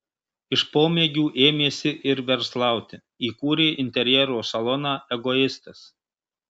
iš pomėgių ėmėsi ir verslauti įkūrė interjero saloną egoistas